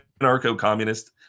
Anarcho-communist